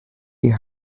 die